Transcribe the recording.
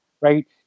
right